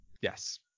Yes